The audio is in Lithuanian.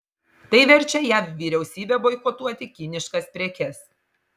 tai verčia jav vyriausybę boikotuoti kiniškas prekes